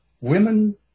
women